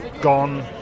gone